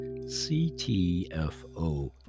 CTFO